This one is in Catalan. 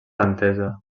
entesa